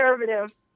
conservative